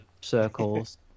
circles